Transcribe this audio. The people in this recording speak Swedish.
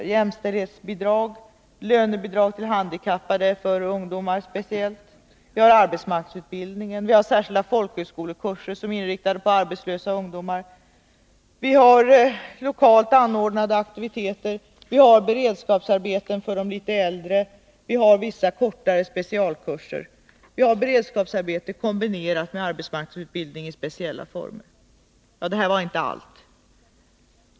Vi har jämställdhetsbidrag och lönebidrag för handikappade, speciellt för ungdomar, vi har arbetsmarknadsutbildningen, särskilda folkhögskolekurser som är inriktade på arbetslösa ungdomar, lokalt anordnade aktiviteter, beredskapsarbeten för de litet äldre, vissa kortare specialkurser och beredskapsarbeten kombinerade med arbetsmarknadsutbildning i speciella former. Det här var inte allt.